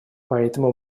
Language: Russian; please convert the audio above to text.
поэтому